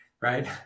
right